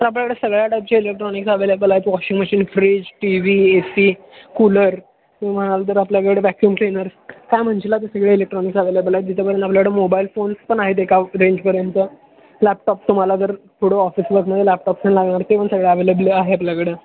sir आपल्याकडे सगळ्या टायपचे इलेक्ट्रॉनिक्स अवेलेबल आहेत washing machine fridge T V A C cooler किंवा म्हणाल आपल्याकडे वॅक्युम क्लिनर्स काय म्हणशील सगळे इलेक्ट्रॉनिक्स अवेलेबल आहेत ज्याच्यामध्ये आमच्याकडं मोबाईल फोन्स पण आहेत एका रेंजपर्यंत लॅपटॉप तुम्हाला जर थोडं ऑफिसला तुम्हाला लॅपटॉप पण लागणार असेल सगळं अवेलेबल आहे आपल्याकडं